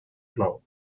glow